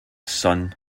son